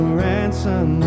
ransom